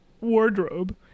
wardrobe